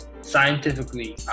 scientifically